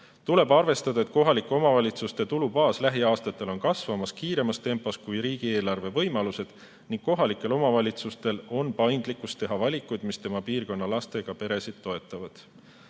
Tuleb arvestada, et kohalike omavalitsuste tulubaas on lähiaastatel kasvamas kiiremas tempos kui riigieelarve võimalused ning kohalikel omavalitsustel on paindlikkust teha valikuid, mis piirkonna lastega peresid toetavad.